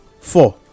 four